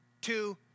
two